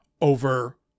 over